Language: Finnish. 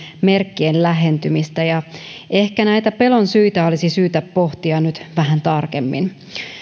merkkien lähentymistä ja ehkä näitä pelon syitä olisi syytä pohtia nyt vähän tarkemmin